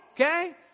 okay